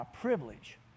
privilege